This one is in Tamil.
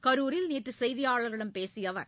கரூரில் நேற்று செய்தியாளர்களிடம் பேசிய அவர்